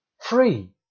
free